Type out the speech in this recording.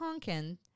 Honkin